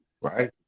right